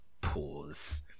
Pause